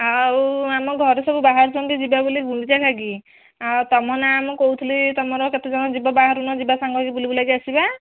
ଆଉ ଆମ ଘରୁ ସବୁ ବାହାରିଚନ୍ତି ଯିବା ବୋଲି ଗୁଣ୍ଡିଚାଘାଟି ଆଉ ତମ ନାଁ ମୁଁ କହୁଥିଲି ତମର କେତେଜଣ ଯିବ ବାହାରୁନ ଯିବା ସାଙ୍ଗହେଇକି ବୁଲିବୁଲାକି ଆସିବା